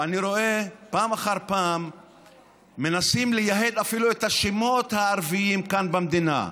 ואני רואה פעם אחר פעם שמנסים לייהד אפילו את השמות הערביים כאן במדינה.